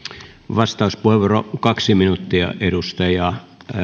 vastauspuheenvuoro kaksi minuuttia edustaja